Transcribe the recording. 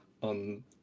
on